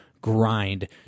grind